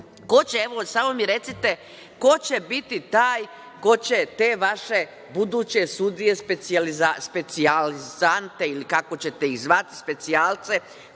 ko će, samo mi recite, ko će biti taj ko će te vaše buduće sudije specijalizante ili kako ćete ih zvati, specijalce,